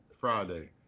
Friday